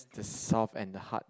the soft and the hard